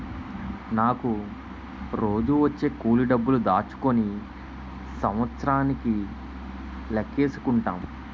నాకు రోజూ వచ్చే కూలి డబ్బులు దాచుకుని సంవత్సరానికి లెక్కేసుకుంటాం